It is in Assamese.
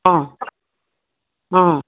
অঁ অঁ